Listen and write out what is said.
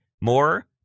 more